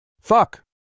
Fuck